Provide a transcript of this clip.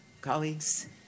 colleagues